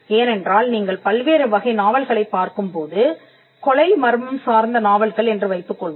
ஏனென்றால் நீங்கள் பல்வேறு வகை நாவல்களைப் பார்க்கும்போது கொலை மர்மம் சார்ந்த நாவல்கள் என்று வைத்துக்கொள்வோம்